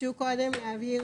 ביקשו קודם להבהיר,